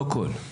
לא כול.